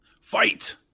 Fight